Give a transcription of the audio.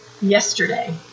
yesterday